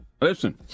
Listen